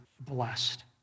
blessed